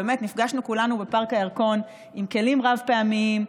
נפגשנו כולנו בפארק הירקון עם כלים רב-פעמיים,